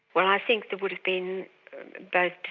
well i think there would have been both